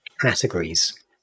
categories